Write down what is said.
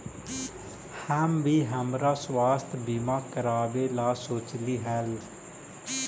हम भी हमरा स्वास्थ्य बीमा करावे ला सोचली हल